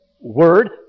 word